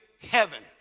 heaven